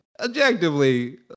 objectively